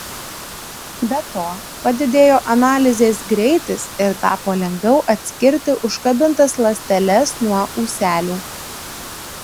be to padidėjo analizės greitis ir tapo lengviau atskirti užkabintas ląsteles nuo ūselių